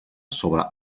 sobre